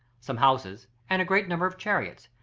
some houses, and a great number of chariots,